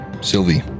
Sylvie